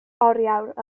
oriawr